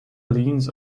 leans